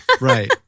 Right